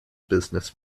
business